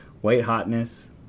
white-hotness